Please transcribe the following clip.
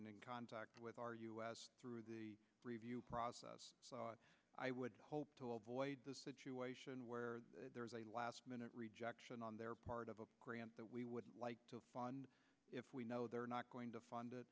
and in contact with our us through the review process i would hope to avoid the situation where there is a last minute rejection on their part of a program that we would like to find if we know they're not going to fund